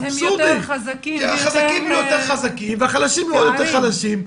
אבסורדי כי החזקים יותר חזקים והחלשים יותר חלשים.